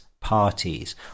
parties